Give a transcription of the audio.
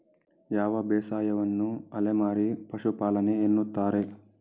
ಯಾವ ಬೇಸಾಯವನ್ನು ಅಲೆಮಾರಿ ಪಶುಪಾಲನೆ ಎನ್ನುತ್ತಾರೆ?